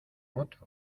otro